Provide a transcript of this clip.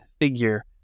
figure